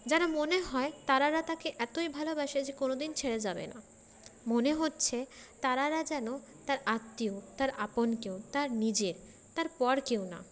যেন মনে হয় তারারা তাকে এতই ভালোবাসে যে কোনওদিন ছেড়ে যাবে না মনে হচ্ছে তারারা যেন তার আত্মীয় তার আপন কেউ তার নিজের তার পর কেউ না